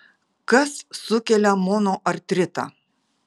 kas sukelia monoartritą